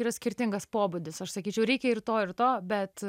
yra skirtingas pobūdis aš sakyčiau reikia ir to ir to bet